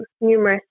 numerous